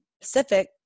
Pacific